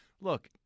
Look